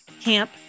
Camp